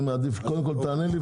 אני מעדיף שקודם כול תענה לי,